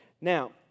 Now